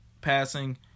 passing